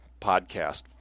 podcast